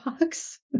box